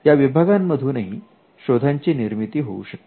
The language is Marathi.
या विभागामधूनही शोधांची निर्मिती होऊ शकते